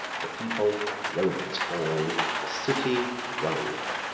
the people romans call, the city rome.